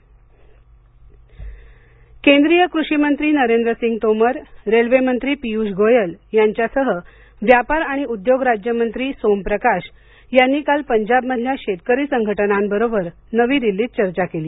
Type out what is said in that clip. शेतकरी संघटना चर्चा केंद्रीय कृषी मंत्री नरेंद्र सिंह तोमर रेल्वे मंत्री पियूष गोयल यांच्यासह व्यापार आणि उद्योग राज्यमंत्री सोम प्रकाश यांनी काल पंजाबमधल्या शेतकरी संघटनांबरोबर नवी दिल्लीत चर्चा केली